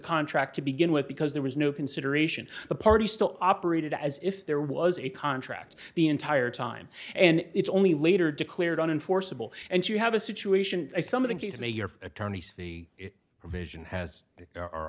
contract to begin with because there was no consideration the party still operated as if there was a contract the entire time and it's only later declared on enforceable and you have a situation some of these may your attorneys the provision has